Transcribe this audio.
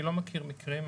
אני לא מכיר מקרים,